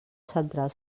central